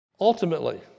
Ultimately